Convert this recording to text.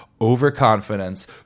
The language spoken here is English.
overconfidence